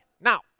Now